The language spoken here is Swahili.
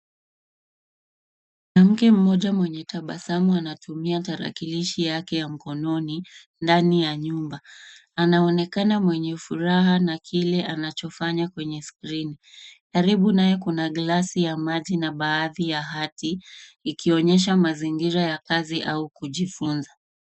Mwanamke mmoja mwenye tabasamu anatumia tarakilishi yake ya mkononi ndani ya nyumba. Anaonekana mwenye furaha na kile anachofanya kwenye skrini. Karibu naye kuna glasi ya maji na baadhi ya hati ikionyesha mazingira ya kazi au kujifunza.